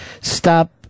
stop